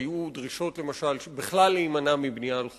היו דרישות, למשל, להימנע בכלל מבנייה על חופים.